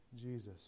Jesus